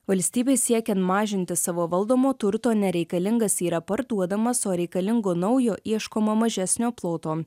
valstybei siekiant mažinti savo valdomo turto nereikalingas yra parduodamas o reikalingo naujo ieškoma mažesnio ploto